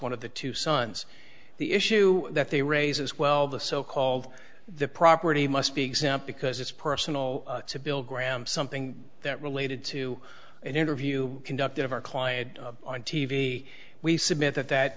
one of the two sons the issue that they raise as well the so called the property must be exempt because it's personal to bill graham something that related to an interview conducted of our client on t v we submit that that